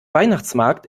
weihnachtsmarkt